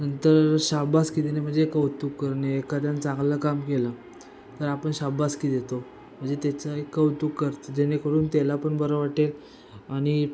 नंतर शाबासकी देणे म्हणजे कौतुक करणे एखाद्यानं चांगलं काम केलं तर आपण शाबासकी देतो म्हणजे त्याचं एक कौतुक करतो जेणेकरून त्याला पण बरं वाटेल आणि